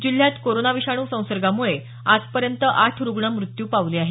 जिल्ह्यात कोरोनाविषाणू संसर्गामुळे आजपर्यंत आठ रुग्ण मृत्यू पावले आहेत